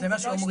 זה מה שאומרים.